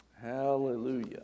Hallelujah